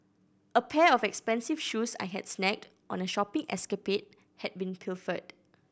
a pair of expensive shoes I had snagged on a shopping escapade had been pilfered